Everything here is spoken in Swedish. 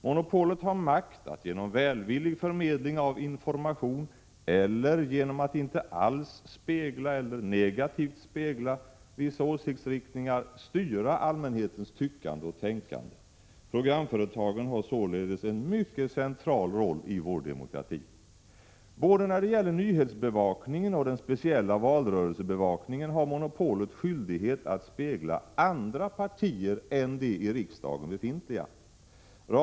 Monopolet har makt att genom välvillig förmedling av information — eller genom att inte alls spegla eller negativt spegla vissa åsiktsriktningar — styra allmänhetens tyckande och tänkande. Programföretagen har således en mycket central roll i vår demokrati. Både när det gäller nyhetsbevakningen och den speciella valrörelsebevakningen har monopolet skyldighet att spegla andra partier än de i riksdagen 27 levisionens bevakning av de politiska partiernas verksamhet befintliga.